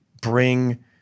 bring